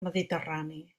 mediterrani